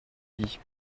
dit